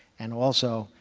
and also,